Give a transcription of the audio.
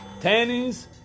tannins